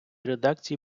редакції